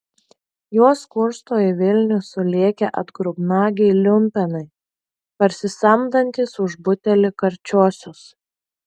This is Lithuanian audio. juos kursto į vilnių sulėkę atgrubnagiai liumpenai parsisamdantys už butelį karčiosios